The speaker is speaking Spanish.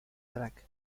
track